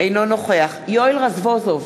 אינו נוכח יואל רזבוזוב,